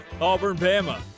Auburn-Bama